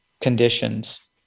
conditions